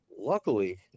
Luckily